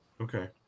Okay